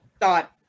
thought